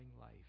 life